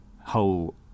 whole